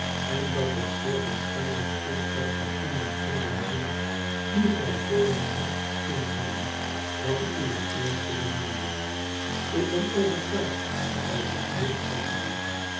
en dat het zeer waarschijnlijk is dat gij iemand vinden zult die gij veel liever kunt hebben dan uwe eerste beminde ik ben overtuigd als ik dit zeggen mag